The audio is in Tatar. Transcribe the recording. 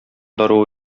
даруы